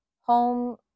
home